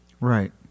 right